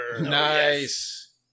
nice